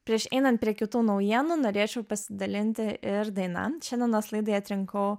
prieš einant prie kitų naujienų norėčiau pasidalinti ir daina šiandienos laidai atrinkau